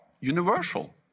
universal